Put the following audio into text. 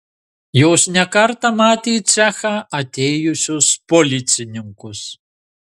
jos ne kartą matė į cechą atėjusius policininkus